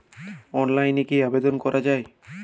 অনলাইনে কি আবেদন করা য়ায়?